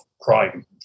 crime